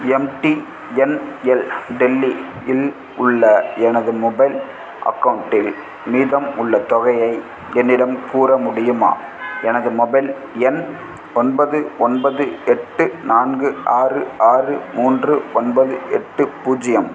MTNL Delhi இல் உள்ள எனது மொபைல் அக்கௌண்ட்டில் மீதம் உள்ள தொகையை என்னிடம் கூற முடியுமா எனது மொபைல் எண் ஒன்பது ஒன்பது எட்டு நான்கு ஆறு ஆறு மூன்று ஒன்பது எட்டு பூஜ்ஜியம்